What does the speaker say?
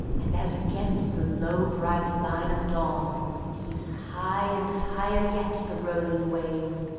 and as against the low bright line of dawn heaves high and higher yet the rolling wave,